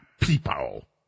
people